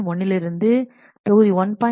1 லிருந்து தொகுதி 1